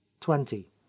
twenty